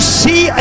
see